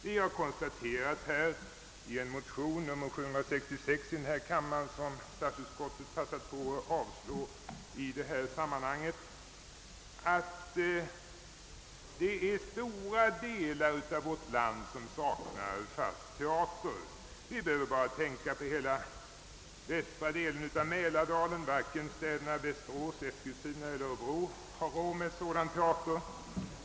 Vi har i en motion, II: 766, som statsutskottet passat på att avstyrka i detta sammanhang, konstaterat att stora delar av vårt land saknar fast teater. Vi behöver bara tänka på hela västra delen av Mälardalen. Varken städerna Västerås, Eskilstuna eller Örebro har råd med sådan teater.